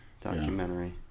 documentary